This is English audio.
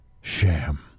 Sham